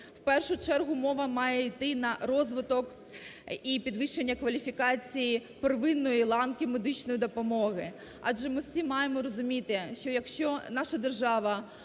В першу мова має йти на розвиток і підвищення кваліфікації первинної ланки медичної допомоги, адже ми всі маємо розуміти, що якщо наша держава